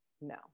no